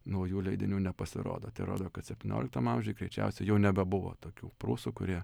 naujų leidinių nepasirodo tai rodo kad septynioliktam amžiuj greičiausiai jau nebebuvo tokių prūsų kurie